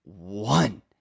one